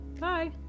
bye